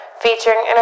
Featuring